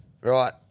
Right